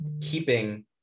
keeping